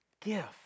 Gift